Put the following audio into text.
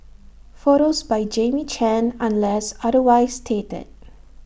photos by Jamie chan unless otherwise stated